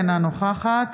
אינה נוכחת